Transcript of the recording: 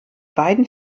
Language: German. beiden